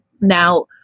Now